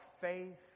faith